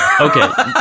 Okay